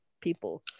people